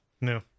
No